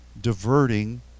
diverting